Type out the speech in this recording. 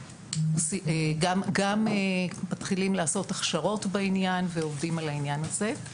אנחנו גם מתחילים לעשות הכשרות בעניין ועובדים על העניין הזה.